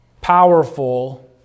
powerful